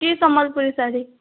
କି ସମ୍ବଲପୁରୀ ଶାଢ଼ୀ